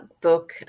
book